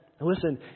Listen